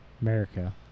America